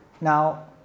Now